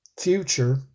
future